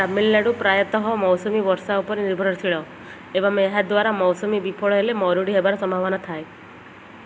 ତାମିଲନାଡ଼ୁ ପ୍ରାୟତଃ ମୌସୁମୀ ବର୍ଷା ଉପରେ ନିର୍ଭରଶୀଳ ଏବଂ ଏହା ଦ୍ୱାରା ମୌସୁମୀ ବିଫଳ ହେଲେ ମରୁଡ଼ି ହେବାର ସମ୍ଭାବନା ଥାଏ